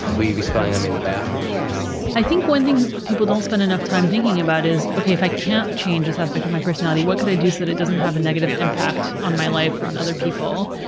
will you be spying on me in the bathroom? yes i think one thing people don't spend enough time thinking about is, okay, if i can't change this aspect of my personality, what can i do so that it doesn't have a negative impact on my life or on other people?